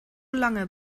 lange